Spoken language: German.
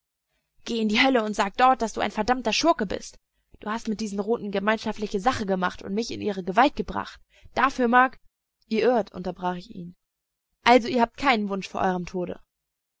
geh in die hölle und sag dort daß du ein verdammter schurke bist du hast mit diesen roten gemeinschaftliche sache gemacht und mich in ihre gewalt gebracht dafür mag ihr irrt unterbrach ich ihn also ihr habt keinen wunsch vor eurem tode